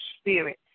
spirit